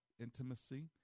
intimacy